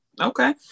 okay